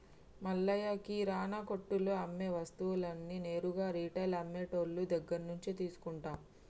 మల్లయ్య కిరానా కొట్టులో అమ్మే వస్తువులన్నీ నేరుగా రిటైల్ అమ్మె టోళ్ళు దగ్గరినుంచే తీసుకుంటాం